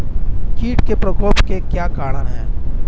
कीट के प्रकोप के क्या कारण हैं?